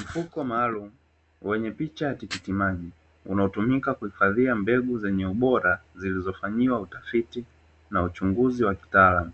Mfuko maalumu wenye picha ya tikiti maji, unaotumka kuhifadhia mbegu zenye ubora zilizofanyiwa utafiti na uchunguzi wa kitaalamu.